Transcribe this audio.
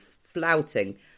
flouting